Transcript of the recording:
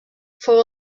fou